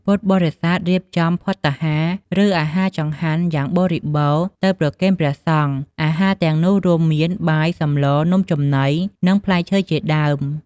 ពុទ្ធបរិស័ទរៀបចំភត្តាហារ ឬអាហារចង្ហាន់ យ៉ាងបរិបូណ៌ទៅប្រគេនព្រះសង្ឃ អាហារទាំងនោះរួមមានបាយ សម្ល នំចំណី និងផ្លែឈើជាដើម។